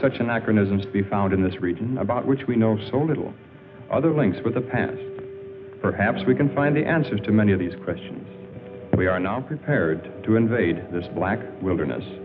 such and acronyms be found in this region about which we know so little other links with the past perhaps we can find the answers to many of these questions we are now prepared to invade this black wilderness